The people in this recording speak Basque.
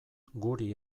guri